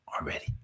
already